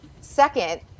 Second